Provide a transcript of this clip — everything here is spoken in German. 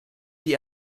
die